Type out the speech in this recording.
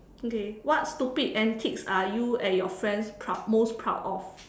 okay what stupid antics are you and your friends proud most proud of